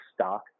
stock